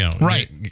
Right